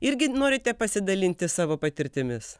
irgi norite pasidalinti savo patirtimis